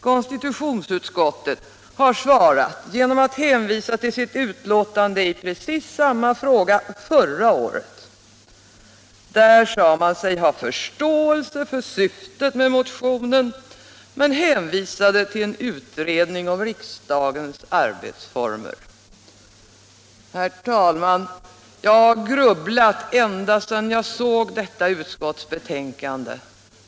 Konstitutionsutskottet har svarat genom att hänvisa till sitt utlåtande i samma fråga förra året. Där sade man sig ha förståelse för syftet med motionen, men hänvisade till en utredning om riksdagens arbetsformer. Herr talman! Jag har grubblat ända sedan jag såg detta utskottsbetänkande.